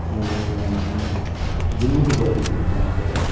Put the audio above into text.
ஜிம்முக்குப் போகிறதுக்கு பிடிக்கும் எனக்கு